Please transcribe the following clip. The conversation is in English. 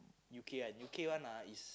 U_K one U_K one ah is